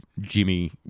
Jimmy